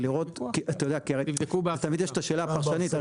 כי תמיד יש את השאלה הפרשנית.